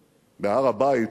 בהר-הבית,